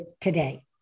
today